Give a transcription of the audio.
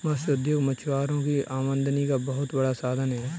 मत्स्य उद्योग मछुआरों की आमदनी का बहुत बड़ा साधन है